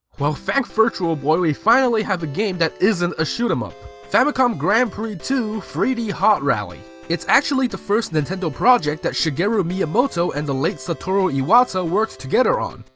well, thank virtual boy we finally have a game that isn't a shoot-em-up. famicom grand prix ii three d hot rally. it's actually the first nintendo project that shigeru miyamoto and the late satoru iwata worked together on,